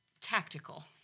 tactical